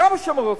כמה שהם רוצים.